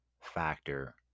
factor